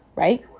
Right